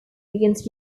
begins